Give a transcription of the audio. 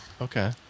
Okay